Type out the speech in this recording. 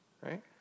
right